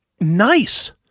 Nice